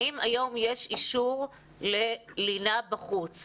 האם היום יש אישור ללינה בחוץ?